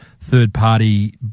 third-party